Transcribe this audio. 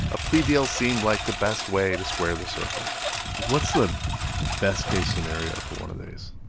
a plea deal seemed like the best way to square the circle what's the best case scenario for one of these?